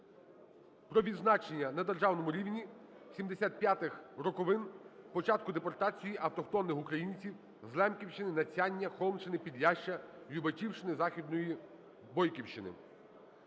про відзначення на державному рівні 75-х роковин початку депортації автохтонних українців з Лемківщини, Надсяння, Холмщини, Підляшшя, Любачівщини, Західної Бойківщини.